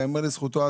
ייאמר לזכותו,